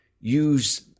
use